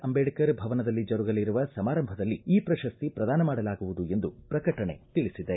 ಅಂಬೇಡ್ಕರ್ ಭವನದಲ್ಲಿ ಜರುಗಲಿರುವ ಸಮಾರಂಭದಲ್ಲಿ ಈ ಪ್ರಶಸ್ತಿ ಪ್ರದಾನ ಮಾಡಲಾಗುವುದು ಎಂದು ಪ್ರಕಟಣೆ ತಿಳಿಸಿದೆ